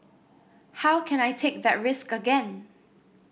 how can I take that risk again